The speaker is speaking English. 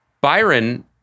Byron